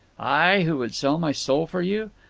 i, who would sell my soul for you!